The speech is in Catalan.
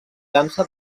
dansa